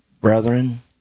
brethren